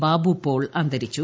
ബാബുപോൾ അന്തരിച്ചു